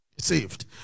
saved